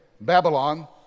Babylon